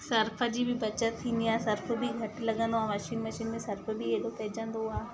Surf जी बि बचत थींदी आहे सर्फ़ बि घटि लगंदो आहे वॉशिंग मशीन में सर्फ़ बि ऐॾो पइजंदो आहे